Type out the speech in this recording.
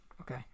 Okay